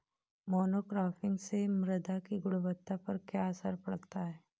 Monocropping से मृदा की गुणवत्ता पर क्या असर पड़ता है?